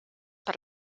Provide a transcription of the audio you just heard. per